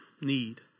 need